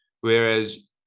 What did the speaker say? whereas